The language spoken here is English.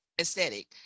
aesthetic